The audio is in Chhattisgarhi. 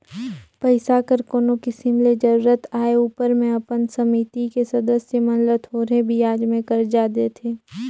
पइसा कर कोनो किसिम ले जरूरत आए उपर में अपन समिति के सदस्य मन ल थोरहें बियाज में करजा देथे